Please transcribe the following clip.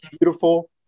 beautiful